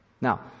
Now